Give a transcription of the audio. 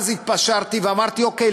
אז התפשרתי ואמרתי: אוקיי,